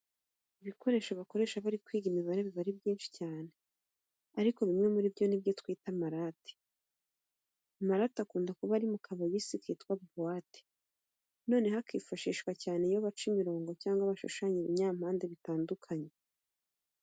Ibikoresho bikoreshwa bari kwiga imibare biba ari byinshi cyane, ariko bimwe muri byo ni ibyo twita amarati. Amarati akunda kuba ari mu kabogisi kitwa buwate, noneho akifashishwa cyane iyo baca imirongo cyangwa bashushanya ibinyampande bitandukanye.